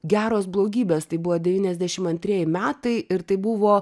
geros blogybės tai buvo devyniasdešim antrieji metai ir tai buvo